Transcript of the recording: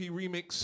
remix